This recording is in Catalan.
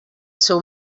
seu